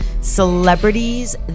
Celebrities